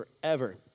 forever